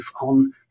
on